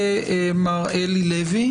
ומר אלי לוי.